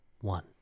one